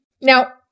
now